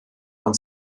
von